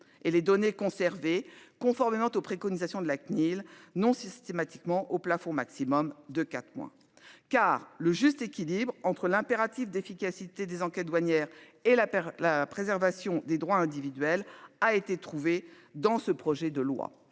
et les données conservées conformément aux préconisations de la CNIL non systématiquement au plafond maximum de 4 mois car le juste équilibre entre l'impératif d'efficacité des enquêtes douanières et la paire la préservation des droits individuels a été trouvé dans ce projet de loi.